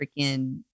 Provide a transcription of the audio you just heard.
freaking